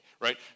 Right